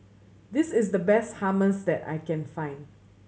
this is the best Hummus that I can find